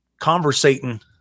conversating